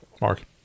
Mark